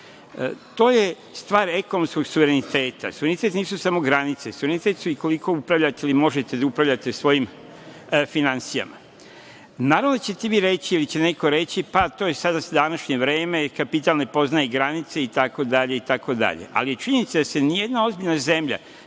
je stvar ekonomskog suvereniteta. Suverenitet nisu samo granice, suverenitet je i koliko upravljate i možete da upravljate svojim finansijama. Naravno da ćete vi ili neko reći, pa to je sada u današnje vreme, kapital ne poznajte granice itd. Ali, činjenica je da se nijedna ozbiljna zemlja